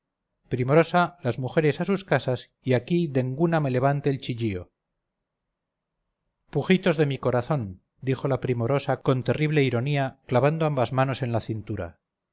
en fila primorosa las mujeres a sus casas y aquí denguna me levante el chillío pujitos de mi corazón dijo la primorosa conterrible ironía clavando ambas manos en la cintura